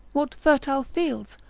what fertile fields!